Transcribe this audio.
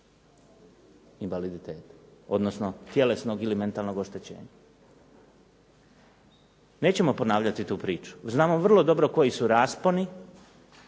invaliditeta odnosno tjelesnog ili mentalnog oštećenja. Nećemo ponavljati tu priču. Znamo vrlo dobro koji su rasponi